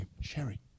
Sherry